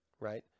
right